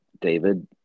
David